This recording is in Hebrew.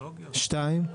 שתיים?